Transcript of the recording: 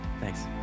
thanks